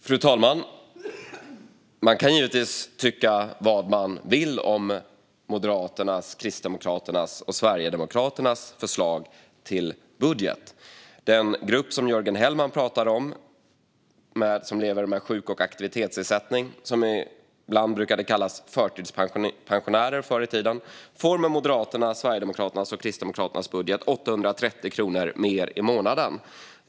Fru talman! Man kan givetvis tycka vad man vill om Moderaternas, Kristdemokraternas och Sverigedemokraternas förslag till budget. Den grupp som Jörgen Hellman pratar om, som lever med sjuk och aktivitetsersättning och som förr i tiden ibland brukade kallas sjukpensionärer, får med Moderaternas, Sverigedemokraternas och Kristdemokraternas budget 830 kronor mer i månaden.